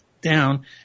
down